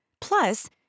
Plus